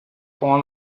one